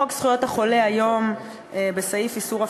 חוק זכויות החולה היום, בסעיף איסור הפליה,